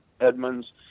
Edmonds